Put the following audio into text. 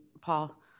Paul